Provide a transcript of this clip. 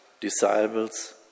disciples